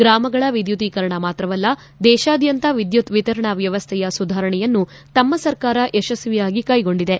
ಗ್ರಾಮಗಳ ವಿದ್ಯುದೀಕರಣ ಮಾತ್ರವಲ್ಲ ದೇಶಾದ್ಯಂತ ವಿದ್ಯುತ್ ವಿತರಣಾ ವ್ಯವಸ್ವೆಯ ಸುಧಾರಣೆಯನ್ನು ತಮ್ಮ ಸರ್ಕಾರ ಯಶಸ್ವಿಯಾಗಿ ಕೈಗೊಂಡಿದೆ